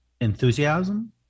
enthusiasm